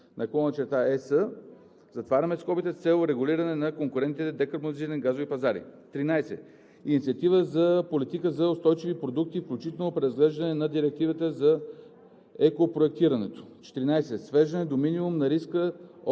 Регламент № 715/2009/ЕС) с цел регулиране на конкурентните декарбонизирани газови пазари. 13. Инициатива за политика за устойчиви продукти, включително преразглеждане на Директивата за екопроектирането. 14. Свеждане до минимум на риска от